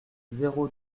zéro